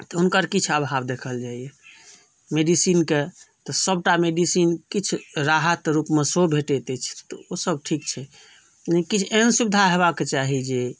तऽ हुनकर किछु आभाव देखल जाइया मेडिसीन के तऽ सबटा मेडिसीन किछु राहत रूपमे सेहो भेटैत अछि तऽ ओ सब ठीक छै लेकिन किछु एहन सुविधा होयबाक चाही जे